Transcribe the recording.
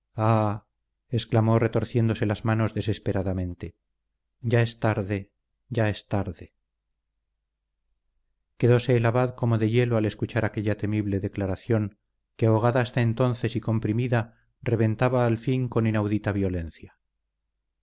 exclamó retorciéndose las manos desesperadamente ya es tarde ya es tarde quedóse el abad como de hielo al escuchar aquella temible declaración que ahogada hasta entonces y comprimida reventaba al fin con inaudita violencia